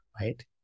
right